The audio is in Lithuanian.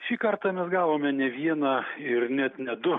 šį kartą mes gavome ne vieną ir net ne du